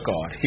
God